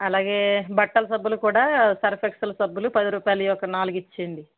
అలాగే బట్టల సబ్బులు కూడా సర్ఫ్ ఎక్సెల్ సబ్బులు పది రూపాయలవి ఒక నాలుగు ఇచ్చేయండి